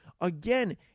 Again